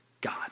God